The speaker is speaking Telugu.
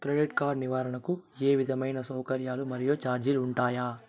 క్రెడిట్ కార్డు నిర్వహణకు ఏ విధమైన సౌకర్యాలు మరియు చార్జీలు ఉంటాయా?